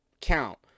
count